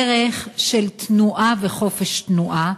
ערך של תנועה וחופש תנועה,